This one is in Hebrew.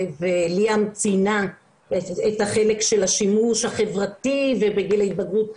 ליאם ציינה את החלק של השימוש החברתי בגיל ההתבגרות,